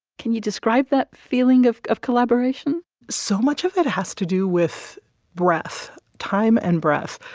can you describe that feeling of of collaboration so much of it has to do with breath time and breath.